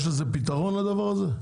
יש פתרון לדבר הזה?